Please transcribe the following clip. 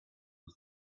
was